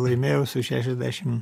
laimėjau su šešiasdešim